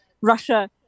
Russia